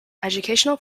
educational